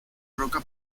roca